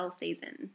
season